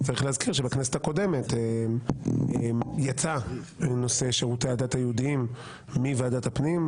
צריך להזכיר שבכנסת הקודמת יצא נושא שירותי הדת היהודיים מוועדת הפנים,